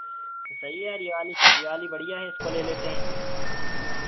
सही है यार ये वाली ये वाली बढ़ियाँ है इसको ले लेते हैं